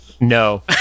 no